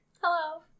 Hello